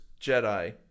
Jedi